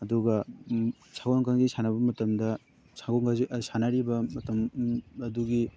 ꯑꯗꯨꯒ ꯁꯒꯣꯜ ꯀꯥꯡꯖꯩ ꯁꯥꯟꯅꯕ ꯃꯇꯝꯗ ꯁꯒꯣꯜ ꯀꯥꯡꯖꯩ ꯁꯥꯟꯅꯔꯤꯕ ꯃꯇꯝ ꯑꯗꯨꯒꯤ